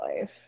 life